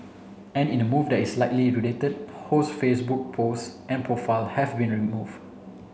and in the move that is likely related Ho's Facebook post and profile have been remove